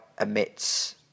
emits